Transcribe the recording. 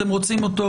אתם רוצים אותו